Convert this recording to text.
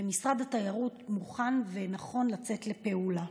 ומשרד התיירות מוכן ונכון לצאת לפעולה.